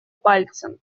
пальцем